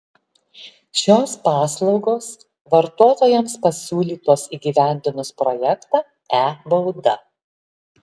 šios paslaugos vartotojams pasiūlytos įgyvendinus projektą e bauda